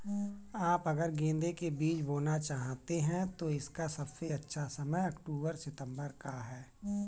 आप अगर गेंदे के बीज बोना चाहते हैं तो इसका सबसे अच्छा समय अक्टूबर सितंबर का है